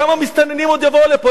כמה מסתננים עוד יבואו לפה?